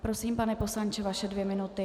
Prosím, pane poslanče, vaše dvě minuty.